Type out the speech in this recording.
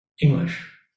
English